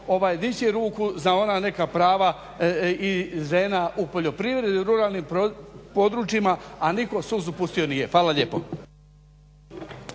tako dići ruku za ona neka prava i žena u poljoprivredi, ruralnim područjima, a nitko suzu pustio nije. Hvala lijepo.